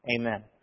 Amen